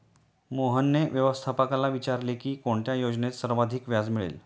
मोहनने व्यवस्थापकाला विचारले की कोणत्या योजनेत सर्वाधिक व्याज मिळेल?